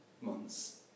months